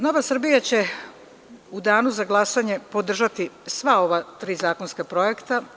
Nova Srbija će u danu za glasanje, podržati sva ova tri zakonska projekta.